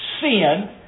sin